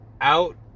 out